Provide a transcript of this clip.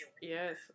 yes